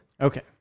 Okay